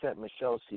Michelle